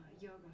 Yoga